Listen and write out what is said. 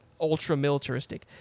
ultra-militaristic